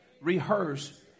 rehearse